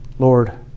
Lord